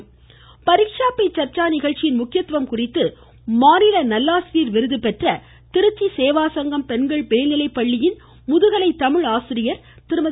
மமமமமம voice Pariksha Pe Charcha நிகழ்ச்சியின் முக்கியத்துவம் குறித்து மாநில நல்லாசிரியர் விருதுபெற்ற திருச்சி சேவாசங்கம் பெண்கள் மேல்நிலைப்பள்ளி முதுகலை தமிழ் ஆசிரியர் திருமதி